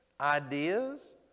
ideas